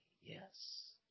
yes